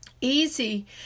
easy